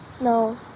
No